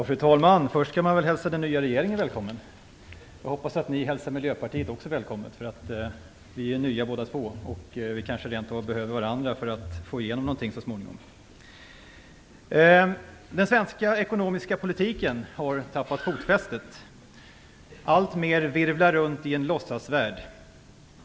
Fru talman! Först skall man väl hälsa den nya regeringen välkommen. Jag hoppas att ni också hälsar Miljöpartiet välkommet. Vi är nya båda två. Vi kanske rent av behöver varandra för att få igenom någonting så småningom. Den svenska ekonomiska politiken har tappat fotfästet. Alltmer virvlar runt i en låtsasvärld.